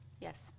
Yes